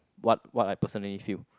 what what I personally feel